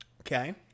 okay